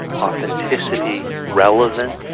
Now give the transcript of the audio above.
authenticity, relevance,